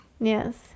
Yes